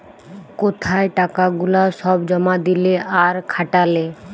কোথায় টাকা গুলা সব জমা দিলে আর খাটালে